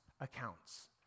accounts